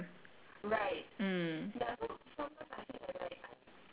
oh okay ya ya ya ya then you feel like you wast the energy telling them